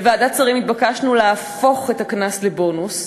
בוועדת שרים התבקשנו להפוך את הקנס לבונוס.